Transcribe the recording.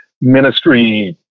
ministry